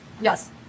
Yes